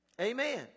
amen